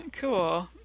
cool